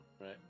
Right